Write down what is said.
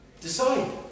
Decide